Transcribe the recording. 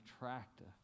attractive